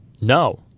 No